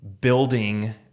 building